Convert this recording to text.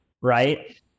right